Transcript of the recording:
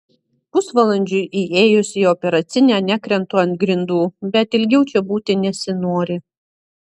pusvalandžiui įėjus į operacinę nekrentu ant grindų bet ilgiau čia būti nesinori